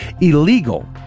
Illegal